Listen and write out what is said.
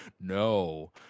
No